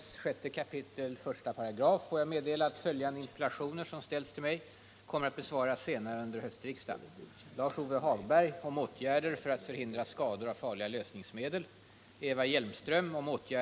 Utredningen hävdar också att alla arbetsgivare måste göra upp planer för beredskapsarbeten, så att alla unga kan erbjudas sysselsättning i den kris som nu råder. I annat fall blir riksdagens beslut om att tillförsäkra alla unga arbete, utbildning eller praktik ett slag i luften.